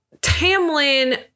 Tamlin